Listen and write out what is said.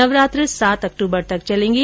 नवरात्र सात अक्टूबर तक चलेंगे